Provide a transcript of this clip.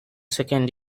second